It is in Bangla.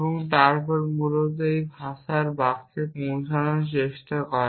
এবং তারপরে মূলত এই ভাষার বাক্যে পৌঁছানোর চেষ্টা করে